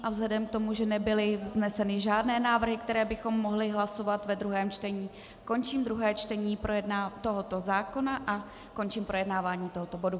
A vzhledem k tomu, že nebyly žádné návrhy, které bychom mohli hlasovat ve druhém čtení, končím druhé čtení tohoto zákona a končím projednávání tohoto bodu.